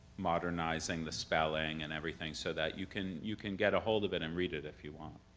modernizing the spelling and everything so that you can you can get ahold of it and read it if you want.